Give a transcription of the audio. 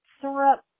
syrup